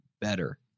better